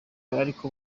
bariko